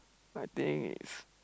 I think it's